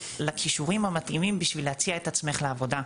לכישורים המתאימים בשביל להציע את עצמך לעבודה.